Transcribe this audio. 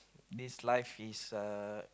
this life is uh